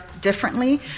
differently